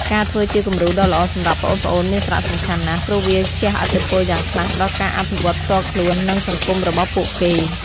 ការធ្វើជាគំរូដ៏ល្អសម្រាប់ប្អូនៗមានសារៈសំខាន់ណាស់ ព្រោះវាជះឥទ្ធិពលយ៉ាងខ្លាំងដល់ការអភិវឌ្ឍផ្ទាល់ខ្លួន និងសង្គមរបស់ពួកគេ ។